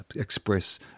express